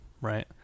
right